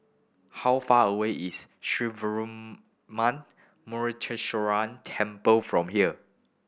how far away is Sree Veeramuthu Muneeswaran Temple from here